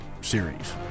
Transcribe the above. series